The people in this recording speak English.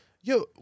Yo